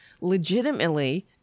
legitimately